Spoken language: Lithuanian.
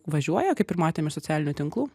važiuoja kaip ir matėm iš socialinių tinklų